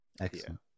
Excellent